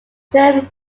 term